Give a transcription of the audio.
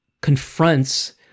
confronts